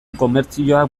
komertzioak